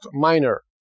minor